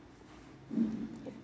mm ya